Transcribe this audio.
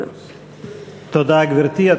גברתי, תודה.